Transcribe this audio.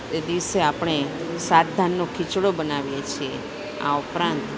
તે દિવસે આપણે સાત ધાનનો ખીચડો બનાવીએ છીએ આ ઉપરાંત